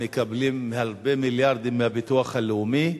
הם מקבלים הרבה מיליארדים מהביטוח הלאומי.